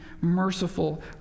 merciful